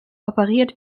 operiert